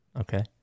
Okay